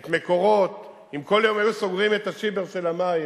את "מקורות"; אם כל יום היו סוגרים את השיבר של המים